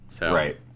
Right